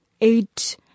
eight